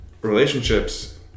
relationships